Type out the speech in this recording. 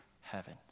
heaven